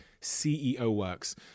CEOWORKS